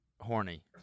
horny